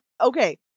Okay